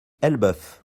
elbeuf